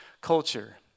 culture